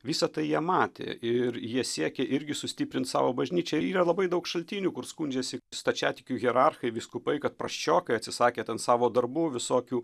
visa tai jie matė ir jie siekė irgi sustiprint savo bažnyčią yra labai daug šaltinių kur skundžiasi stačiatikių hierarchai vyskupai kad prasčiokai atsisakė ten savo darbų visokių